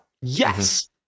Yes